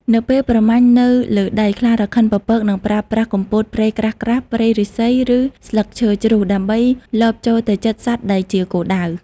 នៅពេលប្រមាញ់នៅលើដី ខ្លារខិនពពកនឹងប្រើប្រាស់ គុម្ពោតព្រៃក្រាស់ៗ ព្រៃឫស្សី ឬស្លឹកឈើជ្រុះ ដើម្បីលបចូលទៅជិតសត្វដែលជាគោលដៅ។